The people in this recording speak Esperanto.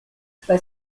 tre